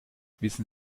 wissen